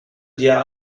dir